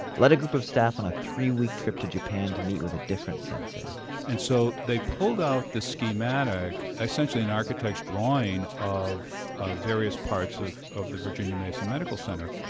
led a group of staff on a three week trip to japan to meet with a different sensei and so they pulled out the schematic, essentially an architect's drawing of of various parts of of the virginia mason medical center,